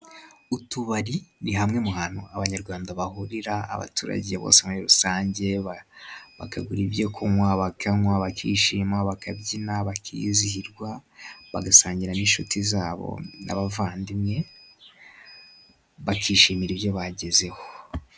Utubari ni hamwe mu hantu abanyarwanda bahurira, abaturage bose muri rusange bakagura ibyo kunywa bakanywa, bakishima, bakabyina, bakizihirwa, bagasangira n inshuti zabo n'abavandimwe, bakishimira ibyo bagezeho.